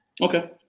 Okay